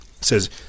says